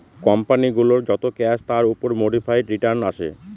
company গুলোর যত cash তার উপর মোডিফাইড রিটার্ন আসে